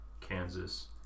Kansas